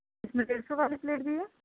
اس میں ڈیڑھ سو والی پلیٹ بھی ہے